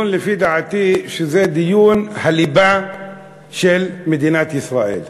שלפי דעתי הוא דיון הליבה של מדינת ישראל.